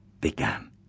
began